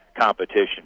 competition